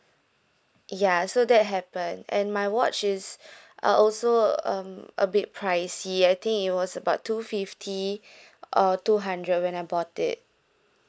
ya so that happened and my watch is uh also um a bit pricey I think it was about two fifty or two hundred when I bought it